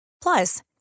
Plus